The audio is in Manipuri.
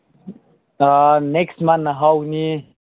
ꯑꯥ ꯅꯦꯛꯁ ꯃꯟꯅ ꯍꯧꯒꯅꯤ